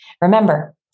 remember